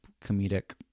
comedic